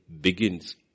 begins